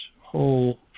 whole